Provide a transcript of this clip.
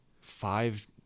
five